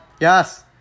Yes